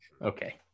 Okay